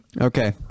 Okay